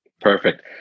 Perfect